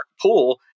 pool